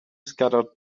scattered